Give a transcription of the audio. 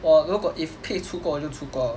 我如果 if 可以出国我就出国 liao